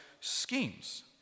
schemes